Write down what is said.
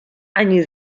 ani